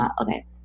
okay